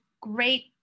great